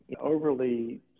overly